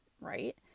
right